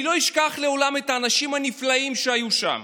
אני לא אשכח לעולם את האנשים הנפלאים שהיו שם,